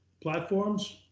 platforms